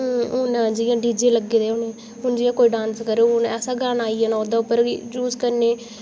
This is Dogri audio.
हू'न जि'यां डीजे लग्गे दे होने हू'न जि'यां कोई डांस करग ऐसा गाना आई जाना ओह्दे उप्पर की उस कन्नै